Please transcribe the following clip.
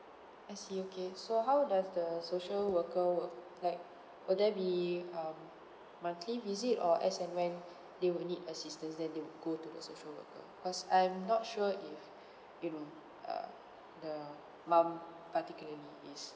I see okay so how does the social worker work like will there be um monthly visit or as and when they will need assistance then they will go to the social worker cause I'm not sure if you know uh the mom particularly is